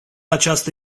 această